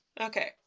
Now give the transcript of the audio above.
Okay